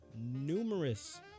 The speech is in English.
numerous